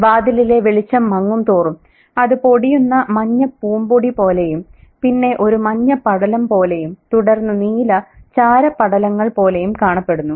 വാതിലിലെ വെളിച്ചം മങ്ങും തോറും അത് പൊടിയുന്ന മഞ്ഞ പൂമ്പൊടി പോലെയും പിന്നെ ഒരു മഞ്ഞ പടലം പോലെയും തുടർന്ന് നീല ചാര പടലങ്ങൾ പോലെയും കാണപ്പെടുന്നു